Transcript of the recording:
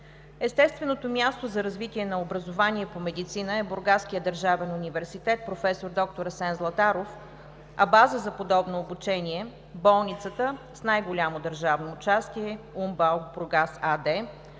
Естественото място за развитие на образование по медицина е Бургаският държавен университет „Проф. д-р Асен Златаров“, а база за подобно обучение – болницата с най-голямо държавно участие „УМБАЛ – Бургас“ АД,